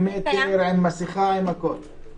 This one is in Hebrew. עם שני מטרים, עם מסכה והכול.